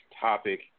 topic